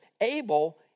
Abel